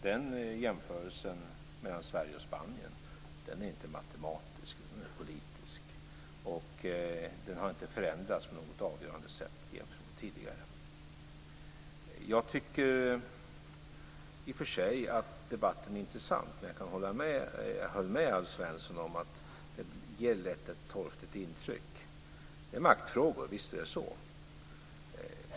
Den jämförelsen mellan Sverige och Spanien är inte matematisk, den är politisk. Den har inte förändrats på något avgörande sätt jämfört med tidigare. Jag tycker i och för sig att debatten är intressant. Jag kan hålla med Alf Svensson om att den ger lätt ett torftigt intryck. Visst är det maktfrågor.